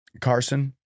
Carson